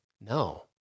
no